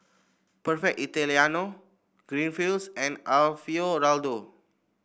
Perfect Italiano Greenfields and Alfio Raldo